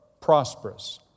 prosperous